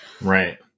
Right